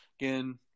again